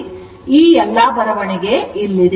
ಆದ್ದರಿಂದ ಈ ಎಲ್ಲಾ ಬರವಣಿಗೆ ಇಲ್ಲಿದೆ